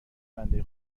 بنده